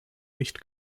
nicht